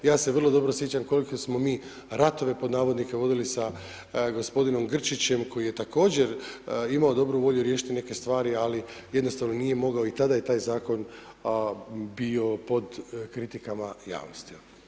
Ja se vrlo dobro sjećam koliko smo mi ratove, pod navodnike vodili sa g. Grčićem koji je također imao dobru volju riješiti neke stvari, ali jednostavno nije mogao i tada je taj zakon bio pod kritikama javnosti.